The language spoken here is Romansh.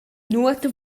nuota